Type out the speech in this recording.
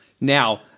Now